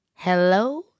Hello